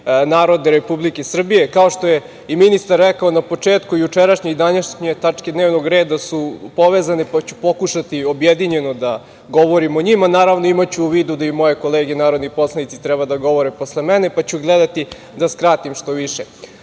narode Republike Srbije, kao što je i ministar rekao na početku, jučerašnje i današnje tačke dnevnog reda su povezane, pa ću pokušati objedinjeno da govorim o njima. Naravno, imaću u vidu da i moje kolege narodni poslanici treba da govore posle mene, pa ću gledati da skratim što više. Ono